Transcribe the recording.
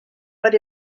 but